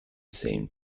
same